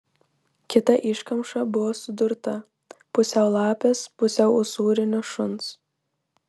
kita iškamša buvo sudurta pusiau lapės pusiau usūrinio šuns